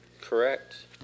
Correct